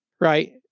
Right